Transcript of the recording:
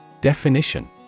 Definition